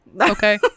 Okay